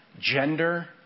gender